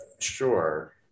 sure